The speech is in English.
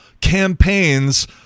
campaigns